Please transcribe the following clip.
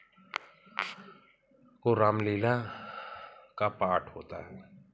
को रामलीला का पाठ होता है